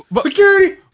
Security